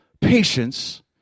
patience